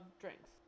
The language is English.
drinks